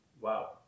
Wow